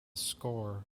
score